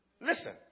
Listen